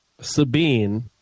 Sabine